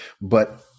But-